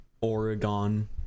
Oregon